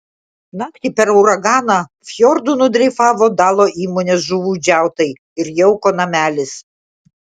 naktį per uraganą fjordu nudreifavo dalo įmonės žuvų džiautai ir jauko namelis